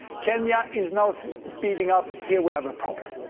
kenya is now so speeding up. here we have a problem.